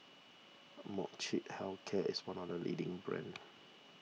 Molnylcke Health Care is one of the leading brands